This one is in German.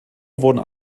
wurden